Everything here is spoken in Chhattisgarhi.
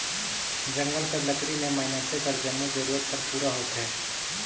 जंगल कर लकरी ले मइनसे कर जम्मो जरूरत हर पूरा होथे